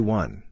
one